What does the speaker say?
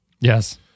Yes